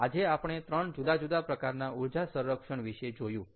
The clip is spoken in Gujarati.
તો આજે આપણે 3 જુદા જુદા પ્રકારના ઊર્જા સંરક્ષણ વિષે જોયું